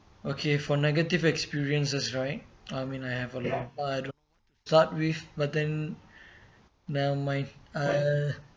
okay for negative experiences right I mean I have a lot I'd start with but then never mind uh